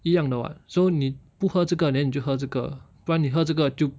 一样的 [what] so 你不喝这个 then 你就喝这个不然你喝这个就